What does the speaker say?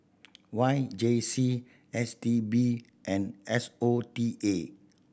Y J C S T B and S O T A